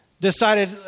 decided